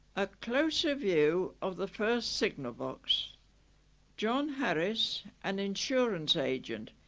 a closer view of the first signal box john harris, an insurance agent,